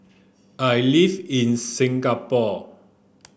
I live in Singapore